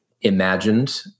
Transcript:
imagined